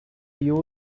use